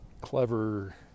clever